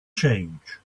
change